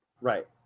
Right